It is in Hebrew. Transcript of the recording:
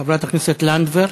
חברת הכנסת לנדבר.